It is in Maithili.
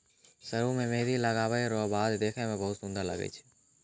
सरु रो मेंहदी लगबै रो बाद देखै मे बहुत सुन्दर लागै छै